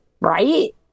right